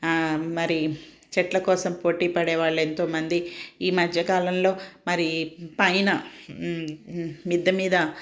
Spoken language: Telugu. మరి చెట్ల కోసం పోటీపడే వాళ్ళు ఎంతోమంది ఈ మధ్య కాలంలో మరి పైన మిద్దె మీద